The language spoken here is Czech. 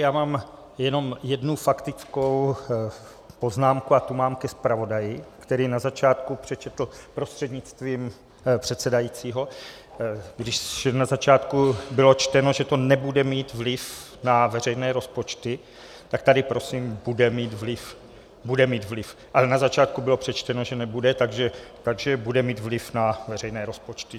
Já mám jenom jednu faktickou poznámku, a tu mám ke zpravodaji, který na začátku přečetl, prostřednictvím předsedajícího, když na začátku bylo čteno, že to nebude mít vliv na veřejné rozpočty, tak tady prosím, bude mít vliv, ale na začátku bylo přečteno, že nebude, takže bude mít vliv na veřejné rozpočty.